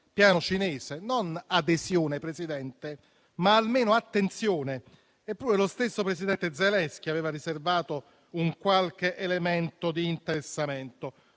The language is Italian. piano cinese; non adesione, Presidente, ma almeno attenzione. Eppure, lo stesso presidente Zelensky aveva riservato un qualche elemento di interessamento.